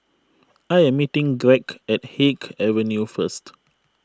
I am meeting Gregg at Haig Avenue first